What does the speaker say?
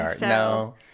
No